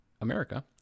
America